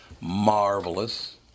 Marvelous